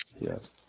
Yes